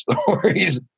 stories